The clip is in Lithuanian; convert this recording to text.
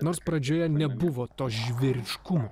nors pradžioje nebuvo to žvėriškumo